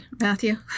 Matthew